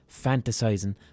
fantasizing